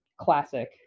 classic